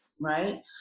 right